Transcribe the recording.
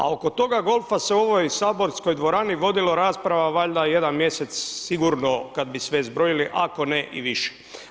A oko toga golfa se u ovoj saborskoj dvorani vodila rasprava valjda jedan mjesec sigurno, kad bi sve zbrojili, ako ne i više.